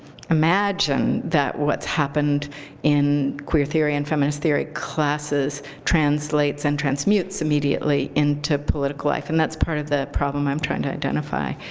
imagine that what's happened in queer theory and feminist theory classes translates and transmutes immediately into political life. and that's part of the problem i'm trying to identify.